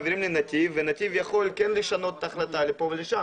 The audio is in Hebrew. מעבירים לנתיב ונתיב כן יכול לשנות את ההחלטה לפה ולשם.